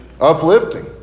Uplifting